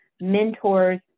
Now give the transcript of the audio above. mentors